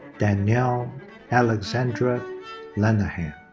danielle alexandra lenahan.